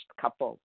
couple